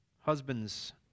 Husbands